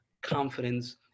confidence